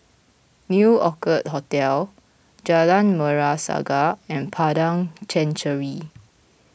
New Orchid Hotel Jalan Merah Saga and Padang Chancery